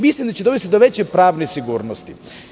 Mislim da će to dovesti do veće pravne sigurnosti.